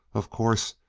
of course,